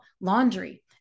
laundry